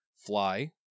Fly